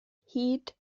hyd